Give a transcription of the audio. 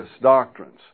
doctrines